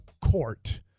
court